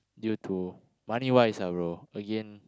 due to money wise ah bro again